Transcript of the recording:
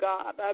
God